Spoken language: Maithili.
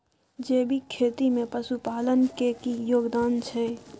जैविक खेती में पशुपालन के की योगदान छै?